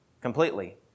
completely